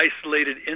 isolated